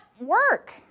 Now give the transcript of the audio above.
work